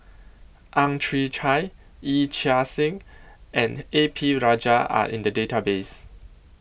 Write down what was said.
Ang Chwee Chai Yee Chia Hsing and A P Rajah Are in The Database